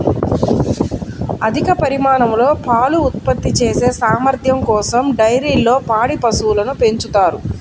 అధిక పరిమాణంలో పాలు ఉత్పత్తి చేసే సామర్థ్యం కోసం డైరీల్లో పాడి పశువులను పెంచుతారు